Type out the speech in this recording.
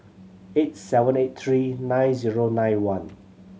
eight seven eight three nine zero nine one